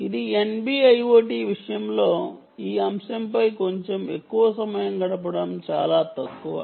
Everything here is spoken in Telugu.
ఇది NB IoT విషయంలో ఈ అంశంపై కొంచెం ఎక్కువ సమయం గడపడం చాలా తక్కువ